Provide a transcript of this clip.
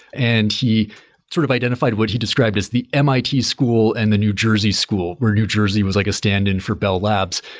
and he sort of identified what he described as the mit school and the new jersey school, where new jersey was like a stand-in for bell labs.